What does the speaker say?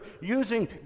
using